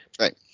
Right